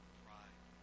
pride